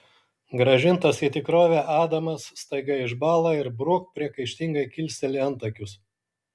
grąžintas į tikrovę adamas staiga išbąla ir bruk priekaištingai kilsteli antakius